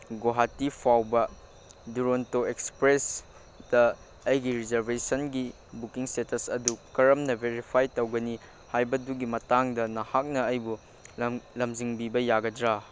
ꯒꯨꯍꯥꯇꯤ ꯐꯥꯎꯕ ꯗꯨꯔꯟꯇꯣ ꯑꯦꯛꯁꯄ꯭ꯔꯦꯁꯗ ꯑꯩꯒꯤ ꯔꯤꯖꯔꯕꯦꯁꯟꯒꯤ ꯕꯨꯛꯀꯤꯡ ꯏꯁꯇꯦꯇꯁ ꯑꯗꯨ ꯀꯔꯝꯅ ꯕꯦꯔꯤꯐꯥꯏ ꯇꯧꯒꯅꯤ ꯍꯥꯏꯕꯗꯨꯒꯤ ꯃꯇꯥꯡꯗ ꯅꯍꯥꯛꯅ ꯑꯩꯕꯨ ꯂꯝꯖꯤꯡꯕꯤꯕ ꯌꯥꯒꯗ꯭ꯔꯥ